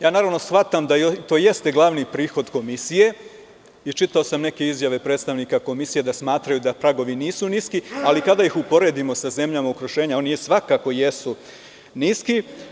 Naravno, shvatam da to jeste glavni prihod komisije i čitao sam neke izjave predstavnika komisije da smatraju da pragovi nisu niski, ali kada ih uporedimo sa zemljama okruženja, oni svakako jesu niski.